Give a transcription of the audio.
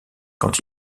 quand